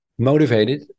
motivated